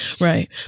Right